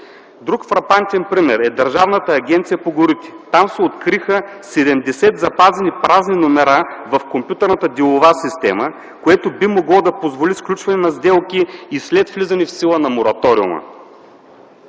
Друг фрапантен пример е Държавната агенция по горите. Там се откриха 70 запазени празни номера в компютърната делова система, което би могло да позволи сключването на сделки и след влизане в сила на мораториума.